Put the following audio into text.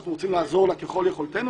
אנחנו רוצים לעזור לה ככל יכולתנו,